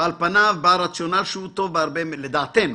ועל פניו בא הרציונל שהוא טוב בהרבה, לדעתנו,